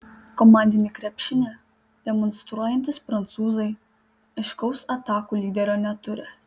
komandinį krepšinį demonstruojantys prancūzai aiškaus atakų lyderio neturi